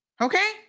Okay